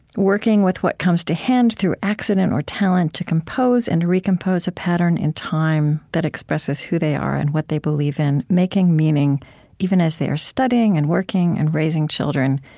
working with what comes to hand through accident or talent to compose and recompose a pattern in time that expresses who they are and what they believe in, making meaning even as they are studying and working and raising children,